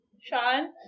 Sean